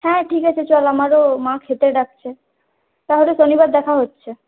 হ্যাঁ ঠিক আছে চল আমারও মা খেতে ডাকছে তাহলে শনিবার দেখা হচ্ছে